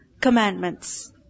commandments